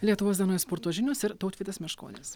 lietuvos dienoj sporto žinios ir tautvydas meškonis